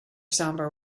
sombre